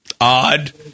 odd